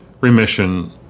remission